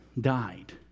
died